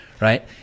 Right